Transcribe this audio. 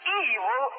evil